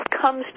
comes